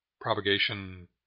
propagation